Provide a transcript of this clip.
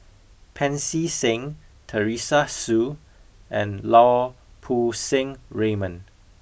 Pancy Seng Teresa Hsu and Lau Poo Seng Raymond